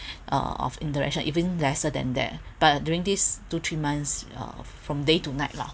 uh of interaction or even lesser than that but during these two three months uh from day to night lah